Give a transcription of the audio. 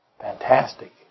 fantastic